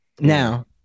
Now